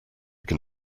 can